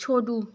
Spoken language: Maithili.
छोड़ू